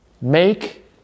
make